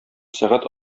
сәгать